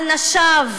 על נשיו,